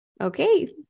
Okay